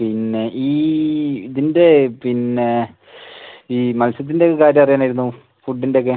പിന്നെ ഈ പിന്നെ ഈ ഇതിൻ്റെ പിന്നെ ഈ മത്സ്യത്തിൻ്റെ ഒക്കെ കാര്യം അറിയാൻ ആയിരുന്നു ഫുഡ്ഡിൻ്റെ ഒക്കെ